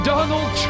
Donald